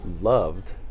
Loved